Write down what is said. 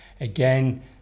again